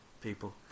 people